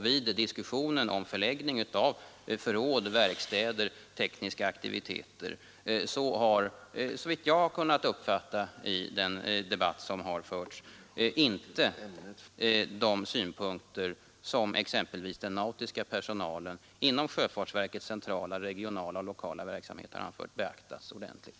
Vid diskussionen om förläggning av förråd, verkstäder och tekniska aktiviteter har, såvitt jag har kunnat uppfatta, inte de synpunkter som exempelvis den nautiska personalen inom sjöfartsverkets centrala, regionala och lokala verksamhet anfört beaktats ordentligt.